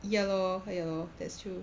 ya lor ya lor that's true